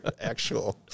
actual